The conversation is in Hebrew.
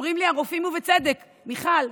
אומרים לי הרופאים, ובצדק: מיכל,